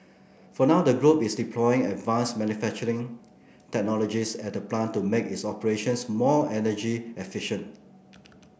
for now the group is deploying advanced manufacturing technologies at the plant to make its operations more energy efficient